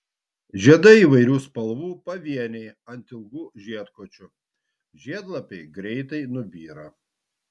žiedai įvairių spalvų pavieniai ant ilgų žiedkočių žiedlapiai greitai nubyra